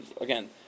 again